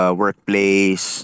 workplace